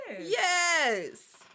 Yes